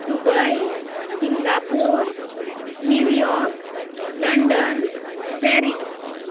Dubai Singapore New York London Paris